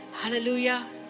Hallelujah